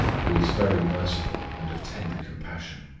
who is very merciful and of tender compassion,